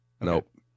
nope